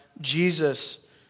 Jesus